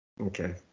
okay